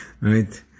Right